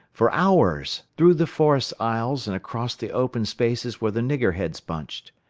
for hours, through the forest aisles and across the open spaces where the niggerheads bunched.